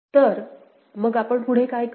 तर मग आपण पुढे काय करू